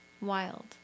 wild